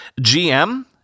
GM